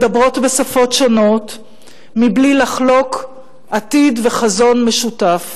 מדברות בשפות שונות מבלי לחלוק עתיד וחזון משותף,